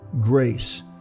grace